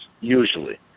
usually